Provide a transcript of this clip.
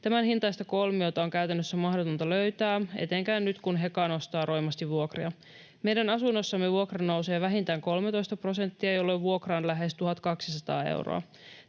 Tämän hintaista kolmiota on käytännössä mahdotonta löytää, etenkään nyt kun Heka nostaa roimasti vuokria. Meidän asunnossamme vuokra nousee vähintään 13 prosenttia, jolloin vuokra on lähes 1 200 euroa.